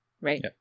Right